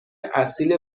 اصیل